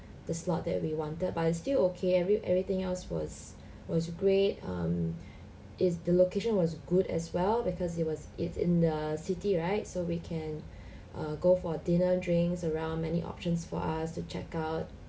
the slot that we wanted but it's still okay every everything else was was great um it's the location was good as well because it was it's in the city right so we can uh go for dinner drinks around many options for us to check out